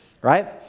Right